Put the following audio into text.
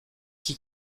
qui